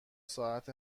ساعت